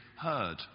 heard